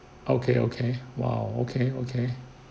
okay okay !wow! okay okay